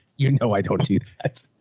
you know, i don't see that.